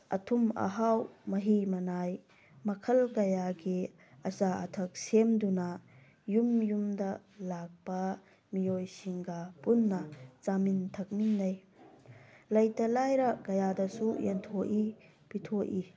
ꯑꯊꯨꯝ ꯑꯍꯥꯎ ꯃꯍꯤ ꯃꯅꯥꯏ ꯃꯈꯜ ꯀꯌꯥꯒꯤ ꯑꯆꯥ ꯑꯊꯛ ꯁꯦꯝꯗꯨꯅ ꯌꯨꯝ ꯌꯨꯝꯗ ꯂꯥꯛꯄ ꯃꯤꯑꯣꯏꯁꯤꯡꯒ ꯄꯨꯟꯅ ꯆꯥꯃꯤꯟ ꯊꯛꯃꯤꯟꯅꯩ ꯂꯩꯇ ꯂꯥꯏꯔ ꯀꯌꯥꯗꯁꯨ ꯌꯦꯟꯊꯣꯛꯏ ꯄꯤꯊꯣꯛꯏ